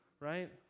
right